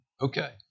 okay